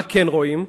מה כן רואים?